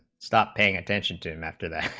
stop paying attention to him after the